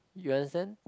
you understand